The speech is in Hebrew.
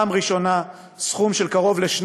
הוא הסכם שנתן פעם ראשונה סכום של קרוב ל-2